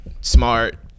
smart